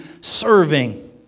serving